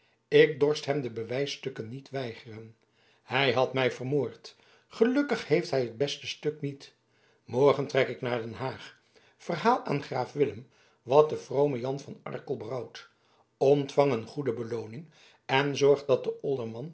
ik dorst hem de bewijsstukken niet weigeren hij had mij vermoord gelukkig heeft hij het beste stuk niet morgen trek ik naar den haag verhaal aan graaf willem wat de vrome jan van arkel brouwt ontvang een goede belooning en zorg dat de